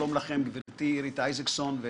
שלום לכם גברתי אירית איזקסון,